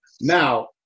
Now